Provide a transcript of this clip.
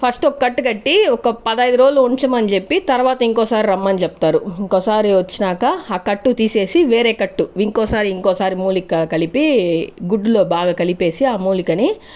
first ఒక్కట్టు కట్టి ఒక పదైదు రోజులు ఉంచమని చెప్పి తర్వాత ఇంకోసారి రమ్మని చెప్తారు ఇంకోసారి వచ్చినాక ఆ కట్టు తీసేసి వేరే కట్టు ఇంకోసారి ఇంకోసారి మూలిక కలిపి గుడ్డులో బాగా కలిపేసి ఆ మూలికని